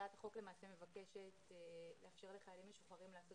הצעת החוק למעשה מבקשת לאפשר לחיילים משוחררים לעשות